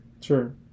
Sure